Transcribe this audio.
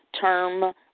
term